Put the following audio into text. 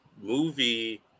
movie